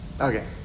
Okay